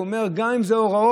הוא אומר: גם אם אלו הוראות,